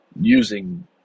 using